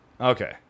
Okay